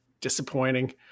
disappointing